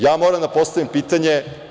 Ja moram da postavim pitanje.